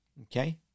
Okay